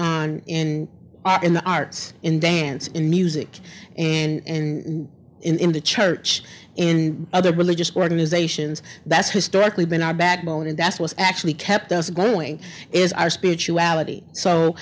our in the arts in dance in music and in the church in other religious organizations that's historically been our backbone and that's what's actually kept us going is our spirituality so